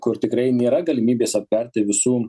kur tikrai nėra galimybės aptverti visų